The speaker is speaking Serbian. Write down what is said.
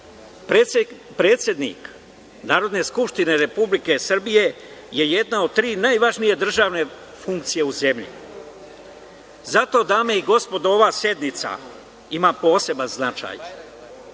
Predsednik Narodne skupštine Republike Srbije je jedna od tri najvažnije funkcije u zemlji, zato dame i gospodo ova sednica ima poseban